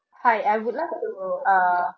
hi I would like to uh